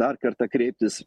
dar kartą kreiptis